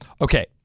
Okay